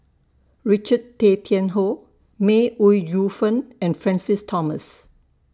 Richard Tay Tian Hoe May Ooi Yu Fen and Francis Thomas